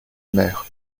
mer